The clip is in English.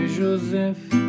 Joseph